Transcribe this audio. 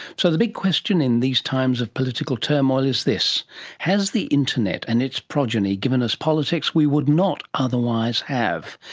so the big question in these times of political turmoil is this has the internet and its progeny given us politics we would not otherwise have?